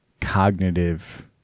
cognitive